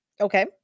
Okay